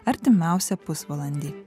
artimiausią pusvalandį